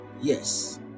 Yes